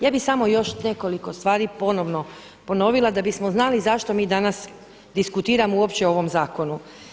Ja bih samo još nekoliko stvari ponovo ponovila da bismo znali zašto mi danas diskutiramo uopće o ovom zakonu.